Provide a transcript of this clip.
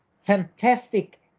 fantastic